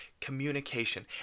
communication